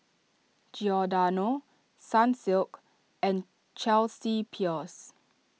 Giordano Sunsilk and Chelsea Peers